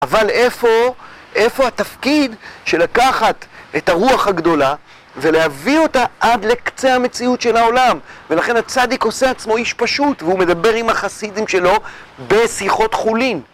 אבל איפה, איפה התפקיד של לקחת את הרוח הגדולה ולהביא אותה עד לקצה המציאות של העולם? ולכן הצדיק עושה עצמו איש פשוט והוא מדבר עם החסידים שלו בשיחות חולין.